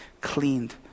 cleaned